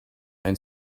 and